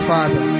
Father